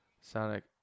Sonic